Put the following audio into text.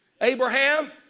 Abraham